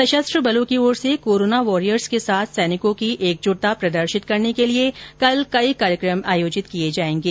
संशस्त्र बलों की ओर से कोरोना वॉरियर्स के साथ सैनिकों की एकजुटता प्रदर्शित करने के लिए कल कई कार्यक्रम आयोजित किये जायेंगे